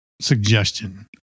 suggestion